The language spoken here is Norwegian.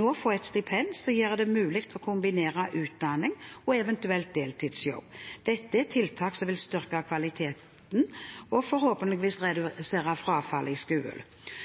nå få et stipend som gjør det mulig å kombinere utdanning med en eventuell deltidsjobb. Dette er tiltak som vil styrke kvaliteten og forhåpentligvis redusere frafall i